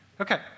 Okay